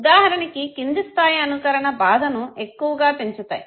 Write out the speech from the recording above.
ఉదాహరణకి కింది స్థాయి అనుకరణ భాధను ఎక్కువగా పెంచుతాయి